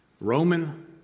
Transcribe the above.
Roman